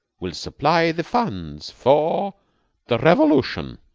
will supply the funds for the revolution.